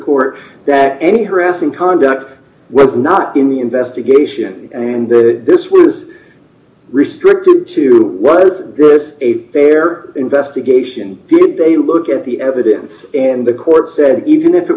court that any harassing conduct was not in the investigation and then this was restricted to was this a fair investigation did they look at the evidence and the court said even if it